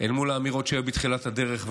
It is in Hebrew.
אל מול האמירות שהיו בתחילת הדרך,